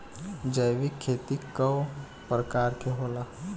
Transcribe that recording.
जैविक खेती कव प्रकार के होला?